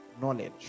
knowledge